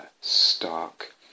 stark